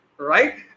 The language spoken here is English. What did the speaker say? Right